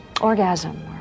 orgasm